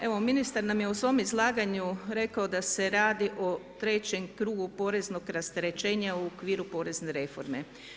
Evo, ministar nam je u svom izlaganju rekao da se radi o trećem krugu poreznog rasterećenja, u okviru porezne reforme.